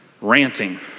Ranting